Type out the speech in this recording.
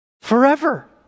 Forever